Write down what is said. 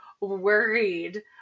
worried